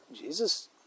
Jesus